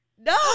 no